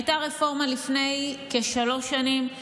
הייתה רפורמה לפני כשלוש שנים,